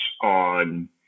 on